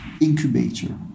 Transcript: incubator